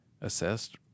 assessed